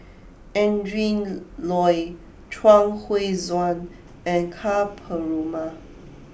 Adrin Loi Chuang Hui Tsuan and Ka Perumal